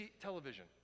television